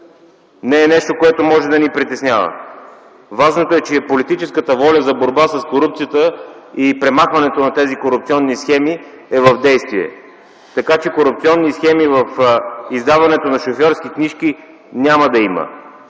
не е нещо, което може да ни притеснява. Важното е, че политическата воля за борба с корупцията и премахването на тези корупционни схеми е в действие. Корупционни схеми в издаването на шофьорски книжки няма да има.